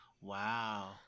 Wow